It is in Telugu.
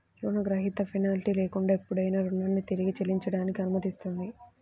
రుణగ్రహీత పెనాల్టీ లేకుండా ఎప్పుడైనా రుణాన్ని తిరిగి చెల్లించడానికి అనుమతిస్తుంది